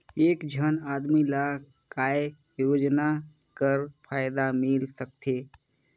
एक झन आदमी ला काय योजना कर फायदा मिल सकथे?